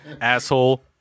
asshole